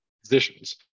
positions